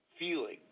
Feeling